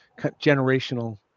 generational